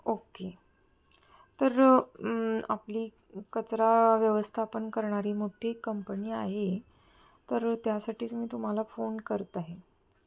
okay तर आपली कचरा व्यवस्थापन करणारी मोठी कंपनी आहे तर त्यासाठीच मी तुम्हाला फोन करत आहे